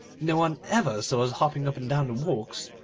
no one ever saw us hopping up and down the walks,